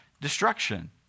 Destruction